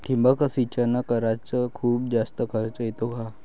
ठिबक सिंचन कराच खूप जास्त खर्च येतो का?